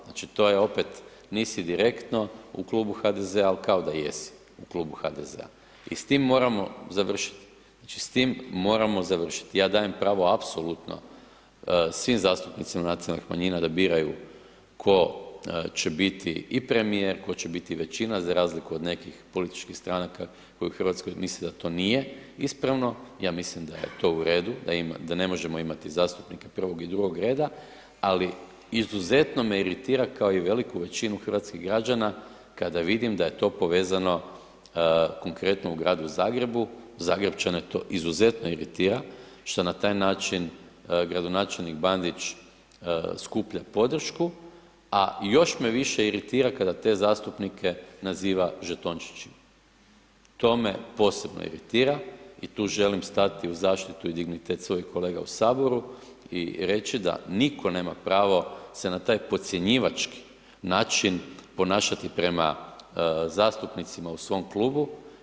Znači, to je opet nisi direktno u Klubu HDZ-a, al kao da jesi u Klubu HDZ-a i s tim moramo završit, znači, s tim moramo završit, ja dajem pravo apsolutno svim zastupnicima nacionalnih manjina da biraju tko će biti i premijer, tko će biti i većina za razliku od nekih političkih stranaka koji u RH misle da to nije ispravno, ja mislim da je to u redu, da ne možemo imati zastupnike prvog i drugog reda, ali izuzetno me iritira, kao i veliku većinu hrvatskih građana, kada vidim da je to povezano, konkretno u Gradu Zagrebu, Zagrepčane to izuzetno iritira, što na taj način gradonačelnik Bandić skuplja podršku, a još me više iritira kada te zastupnike naziva žetončićima, to me posebno iritira i tu želim stati u zaštitu i dignitet svojih kolega u HS i reći da nitko nema pravo se na taj podcjenjivački način ponašati prema zastupnicima u svom klubu.